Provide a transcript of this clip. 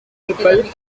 people